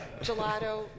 Gelato